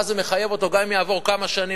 ואז זה מחייב אותו גם אם יעברו כמה שנים,